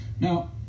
Now